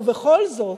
בכל זאת,